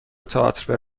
تئاتر